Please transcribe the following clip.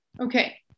Okay